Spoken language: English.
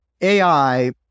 AI